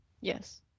Yes